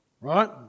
right